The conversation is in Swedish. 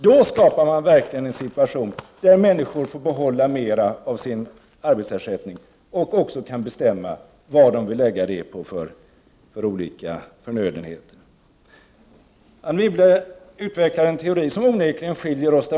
Då skapar man verkligen en situation där människor får behålla mer av sin arbetsersättning och också kan bestämma på vilka olika förnödenheter de vill lägga detta. Anne Wibble utvecklade en teori, som onekligen skiljer oss.